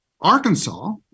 Arkansas